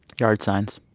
yard signs.